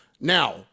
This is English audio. Now